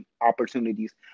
opportunities